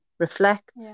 Reflect